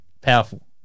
Powerful